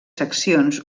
seccions